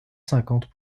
cinquante